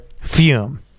Fume